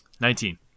Nineteen